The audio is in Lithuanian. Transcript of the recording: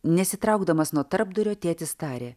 nesitraukdamas nuo tarpdurio tėtis tarė